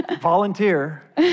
Volunteer